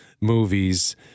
movies